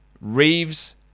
Reeves